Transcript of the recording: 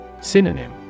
Synonym